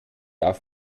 auf